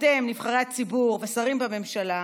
ואתם, נבחרי הציבור ושרים בממשלה,